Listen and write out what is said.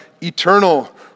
eternal